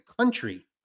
country